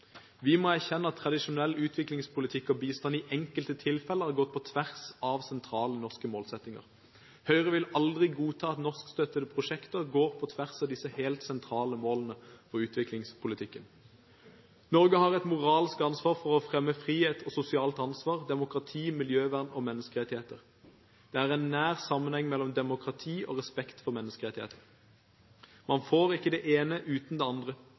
Vi må erkjenne at tradisjonell utviklingspolitikk og bistand i enkelte tilfeller har gått på tvers av sentrale norske målsettinger. Høyre vil aldri godta at norskstøttede prosjekter går på tvers av disse helt sentrale målene for utviklingspolitikken. Norge har et moralsk ansvar for å fremme frihet og sosialt ansvar, demokrati, miljøvern og menneskerettigheter. Det er en nær sammenheng mellom demokrati og respekten for menneskerettigheter. Man får ikke det ene uten det andre.